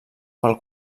pel